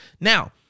Now